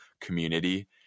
community